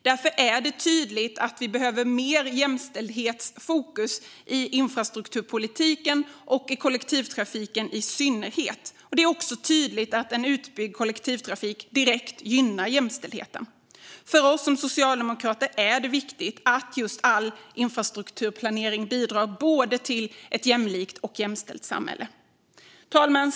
Därför är det tydligt att vi behöver mer jämställdhetsfokus i infrastrukturpolitiken och i kollektivtrafiken i synnerhet. Det är tydligt att en utbyggd kollektivtrafik direkt gynnar jämställdheten. För oss socialdemokrater är det viktigt att all infrastrukturplanering bidrar till ett både jämlikt och jämställt samhälle. Herr talman!